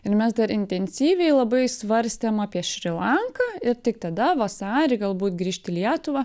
ir mes dar intensyviai labai svarstėm apie šri lanką ir tik tada vasarį galbūt grįžt į lietuvą